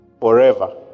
forever